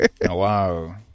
Wow